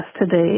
today